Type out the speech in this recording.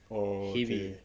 oh okay